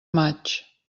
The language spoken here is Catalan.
maig